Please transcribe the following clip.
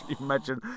imagine